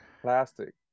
plastic